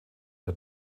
der